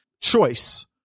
choice